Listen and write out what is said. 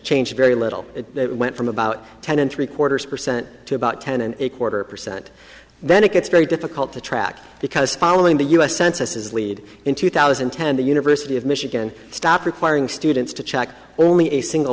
change very little it went from about ten and three quarters percent to about ten and a quarter percent then it gets very difficult to track because following the u s census is lead in two thousand and ten the university of michigan stopped requiring students to check only a single